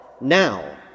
Now